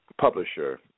publisher